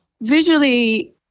visually